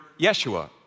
Yeshua